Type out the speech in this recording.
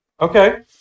okay